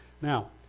Now